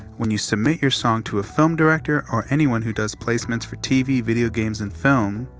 when you submit your song to a film director, or anyone who does placements for tv, video games and film,